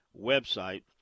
website